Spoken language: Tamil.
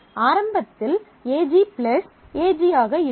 ஆரம்பத்தில் AG AG ஆக இருக்கும்